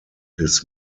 his